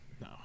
No